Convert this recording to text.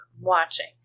watching